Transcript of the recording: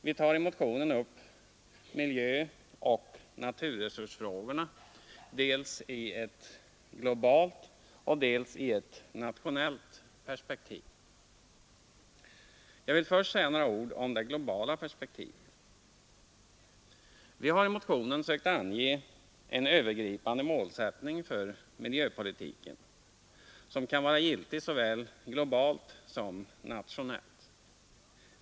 Vi tar i motionen upp miljöoch naturresursfrågorna dels i ett globalt, dels i ett nationellt perspektiv. Jag vill först säga några ord om det globala perspektivet. Vi har i motionen sökt ange en övergripande målsättning för miljöpolitiken som kan vara giltig såväl globalt som nationellt.